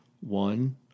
One